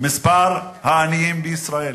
מספר העניים בישראל,